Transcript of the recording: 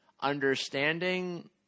understanding